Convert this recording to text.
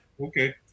okay